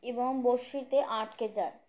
এবং বড়শিতে আটকে যায়